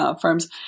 firms